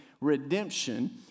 redemption